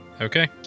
Okay